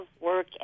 work